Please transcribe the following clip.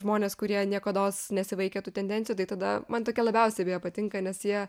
žmonės kurie niekados nesivaikė tų tendencijų tai tada man tokie labiausiai beje patinka nes jie